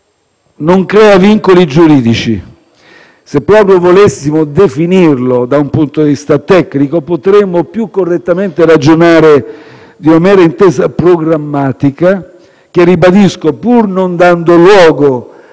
Non crea vincoli giuridici. Se proprio volessimo definirlo da un punto di vista tecnico, potremmo, più correttamente, ragionare di una mera intesa programmatica che, ribadisco, pur non dando luogo